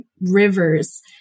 rivers